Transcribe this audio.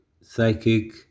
psychic